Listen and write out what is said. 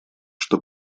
что